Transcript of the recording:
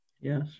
Yes